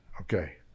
Okay